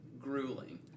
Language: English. grueling